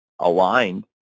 aligned